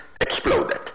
exploded